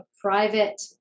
private